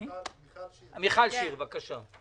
מיכל שיר, בבקשה.